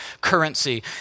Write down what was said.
currency